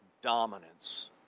dominance